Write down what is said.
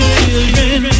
children